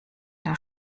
der